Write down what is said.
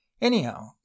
anyhow